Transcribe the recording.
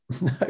no